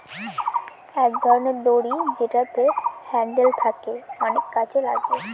এক ধরনের দড়ি যেটাতে হ্যান্ডেল থাকে অনেক কাজে লাগে